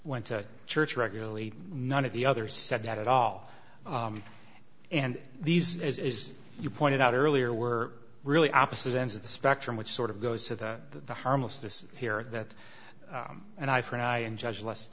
went to church regularly none of the others said that at all and these as you pointed out earlier were really opposite ends of the spectrum which sort of goes to the the harmlessness here that and eye for an eye and judge less